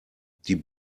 die